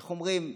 איך אומרים,